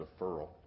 deferral